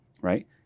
Right